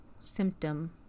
symptom